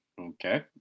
Okay